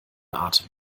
atem